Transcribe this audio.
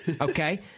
Okay